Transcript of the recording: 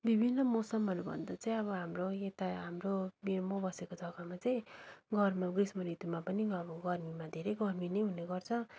विभिन्न मौसमहरूभन्दा चाहिँ है अब हाम्रो यता हाम्रो म बसेको जग्गामा चाहिँ गरम ग्रीष्म ऋतुमा पनि अब गर्मीमा धेरै गर्मी नै हुने गर्छ